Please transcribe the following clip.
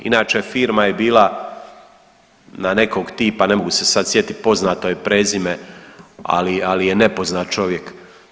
Inače firma je bila na nekog tipa ne mogu se sad sjetiti poznato je prezime, ali je nepoznat čovjek.